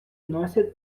носят